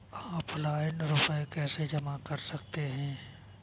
Offline रुपये कैसे जमा कर सकते हैं?